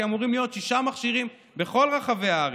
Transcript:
אמורים להיות שישה מכשירים בכל רחבי הארץ,